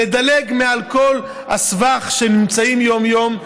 לדלג מעל כל הסבך שנמצאים בו יום-יום,